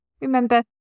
remember